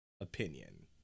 opinion